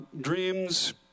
dreams